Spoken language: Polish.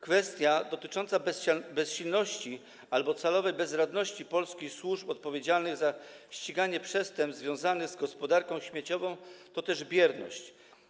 Kwestia dotycząca bezsilności albo celowej bezradności polskich służb odpowiedzialnych za ściganie przestępstw związanych z gospodarką śmieciową to też bierność.